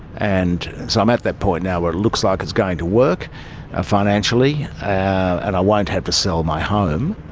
and so i'm at that point now where it looks like it's going to work ah financially, and i won't have to sell my home.